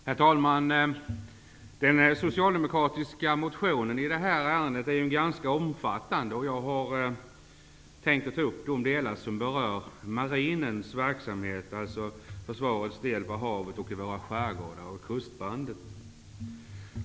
Herr talman! Den socialdemokratiska motionen i detta ärende är ganska omfattande. Jag har tänkt att ta upp de delar som berör marinens verksamhet, dvs. den del av försvaret som finns på havet, i våra skärgårdar och i kustbandet.